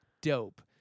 dope